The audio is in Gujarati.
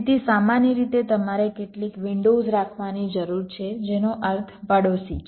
તેથી સામાન્ય રીતે તમારે કેટલીક વિંડોઝ રાખવાની જરૂર છે જેનો અર્થ પડોશી છે